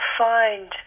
find